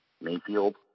Mayfield